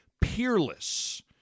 peerless